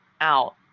out